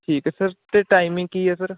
ਠੀਕ ਹੈ ਸਰ ਅਤੇ ਟਾਈਮਿੰਗ ਕੀ ਆ ਸਰ